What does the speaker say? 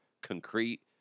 concrete